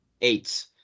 Eight